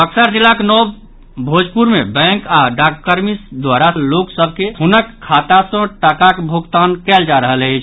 बक्सर जिलाक नव भोजपुर मे बैंक आओर डाककर्मी द्वारा लोक सभ के हुनक खाता सँ टाकाक भोगतान कयल जा रहल अछि